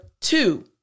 two